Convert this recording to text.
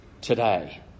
today